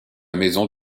maison